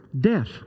death